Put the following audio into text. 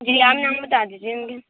جی آپ نام بتا دیجئے مجھے